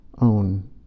own